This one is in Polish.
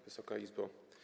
Wysoka Izbo!